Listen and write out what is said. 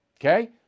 okay